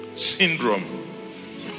syndrome